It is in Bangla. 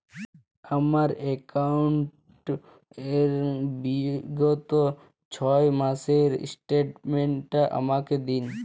আমার অ্যাকাউন্ট র বিগত ছয় মাসের স্টেটমেন্ট টা আমাকে দিন?